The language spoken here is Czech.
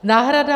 Náhrada